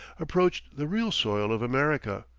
approached the real soil of america.